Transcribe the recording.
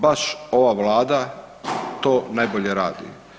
Baš ova Vlada to najbolje radi.